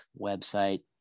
website